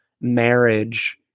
marriage